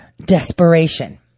Desperation